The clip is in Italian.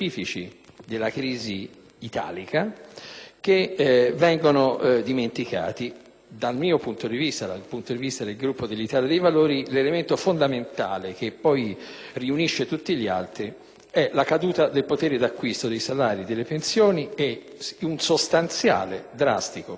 che vengono dimenticati. Dal mio punto di vista, dal punto di vista del Gruppo dell'Italia dei Valori, l'elemento fondamentale, che poi riunisce tutti gli altri, è la caduta del potere d'acquisto dei salari, delle pensioni e un sostanziale drastico peggioramento delle condizioni di vita